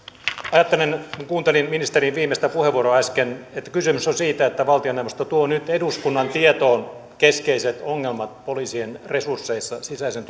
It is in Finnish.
ajattelen kun kuuntelin ministerin viimeistä puheenvuoroa äsken että kysymys on siitä että valtioneuvosto tuo nyt eduskunnan tietoon keskeiset ongelmat poliisien resursseissa sisäisen